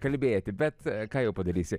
kalbėti bet ką jau padarysi